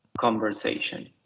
conversation